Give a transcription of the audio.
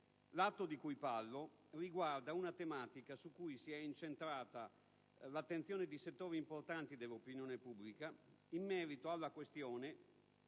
L'atto di cui parlo riguarda una tematica su cui si è incentrata l'attenzione di settori importanti dell'opinione pubblica, in quanto, per effetto